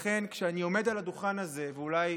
לכן, כשאני עומד על הדוכן הזה, ואולי